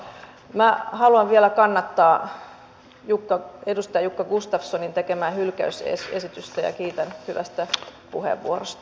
minä haluan vielä kannattaa edustaja jukka gustafssonin tekemää hylkäysesitystä ja kiitän hyvästä puheenvuorosta